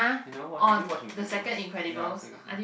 you know what what is Incredible ya so got it